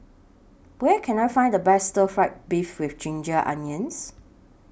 Where Can I Find The Best Stir Fry Beef with Ginger Onions